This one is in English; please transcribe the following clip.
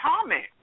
comment